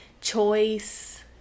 Choice